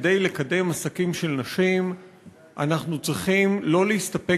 כדי לקדם עסקים של נשים אנחנו צריכים לא להסתפק